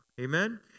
Amen